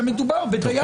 שמדובר בדייר.